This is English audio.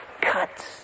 cuts